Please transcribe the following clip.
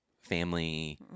family